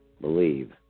Believe